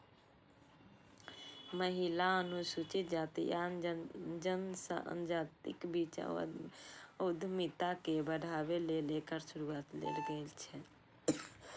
महिला, अनुसूचित जाति आ जनजातिक बीच उद्यमिता के बढ़ाबै लेल एकर शुरुआत कैल गेल छै